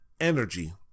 energy